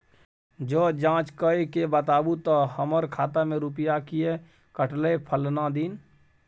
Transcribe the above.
ज जॉंच कअ के बताबू त हमर खाता से रुपिया किये कटले फलना दिन?